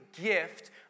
gift